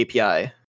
API